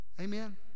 Amen